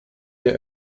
der